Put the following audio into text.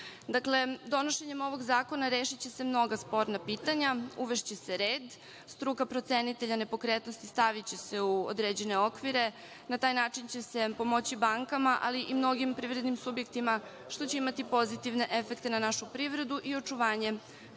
stope. Dakle, donošenjem ovog zakona, rešiće se mnoga sporna pitanja. Uvešće se red. Struka procenitelja nepokretnosti staviće se u određene okvire, na taj način će se pomoći bankama, ali i mnogim privrednim subjektima, što će imati pozitivne efekte na našu privredu i očuvanje